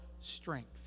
strength